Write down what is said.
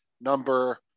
number